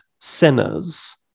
sinners